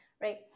right